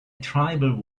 tribal